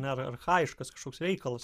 nėra archajiškas kažkoks reikalas